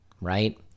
right